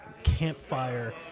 campfire